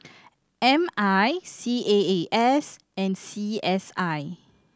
M I C A A S and C S I